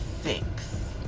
six